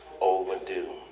overdue